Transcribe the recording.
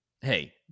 hey